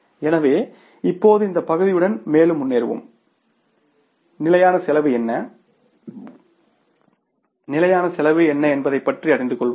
எனவே இப்போது இந்த பகுதியுடன் மேலும் முன்னேறுவோம் நிலையான செலவு என்ன நிலையான செலவு என்ன என்பதைப் பற்றி அறிந்து கொள்வோம்